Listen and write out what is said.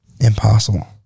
impossible